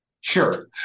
Sure